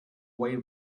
way